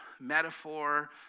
metaphor